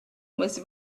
was